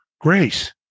Grace